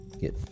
get